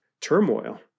turmoil